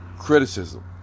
criticism